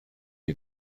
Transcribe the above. chi